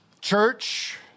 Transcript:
Church